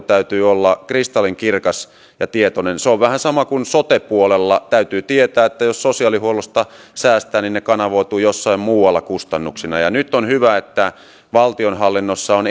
täytyy olla kristallinkirkas ja tietoinen se on vähän sama kuin sote puolella täytyy tietää että jos sosiaalihuollosta säästää niin se kanavoituu jossain muualla kustannuksina nyt on hyvä että valtionhallinnossa on